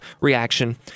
reaction